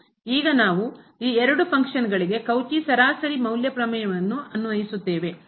ಈಗ ನಾವು ಈ ಎರಡು ಫಂಕ್ಷನಗಳಿಗೆ ಕಾರ್ಯಗಳಿಗೆ ಕೌಚಿ ಸರಾಸರಿ ಮೌಲ್ಯ ಪ್ರಮೇಯವನ್ನು ಅನ್ವಯಿಸುತ್ತೇವೆ